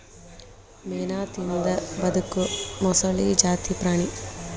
ಮೇನಾ ತಿಂದ ಬದಕು ಮೊಸಳಿ ಜಾತಿ ಪ್ರಾಣಿ